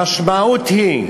המשמעות היא,